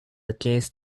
against